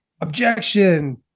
objection